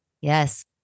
yes